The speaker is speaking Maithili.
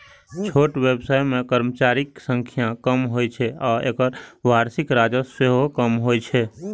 छोट व्यवसाय मे कर्मचारीक संख्या कम होइ छै आ एकर वार्षिक राजस्व सेहो कम होइ छै